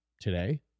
today